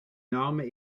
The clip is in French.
normes